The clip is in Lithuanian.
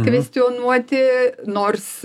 kvestionuoti nors